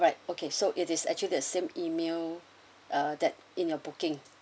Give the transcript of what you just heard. alright okay so it is actually the same email uh that in your booking